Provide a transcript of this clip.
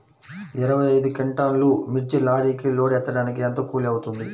ఇరవై ఐదు క్వింటాల్లు మిర్చి లారీకి లోడ్ ఎత్తడానికి ఎంత కూలి అవుతుంది?